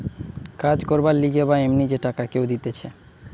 কাজ করবার লিগে বা এমনি যে টাকা কেউ দিতেছে